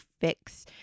fix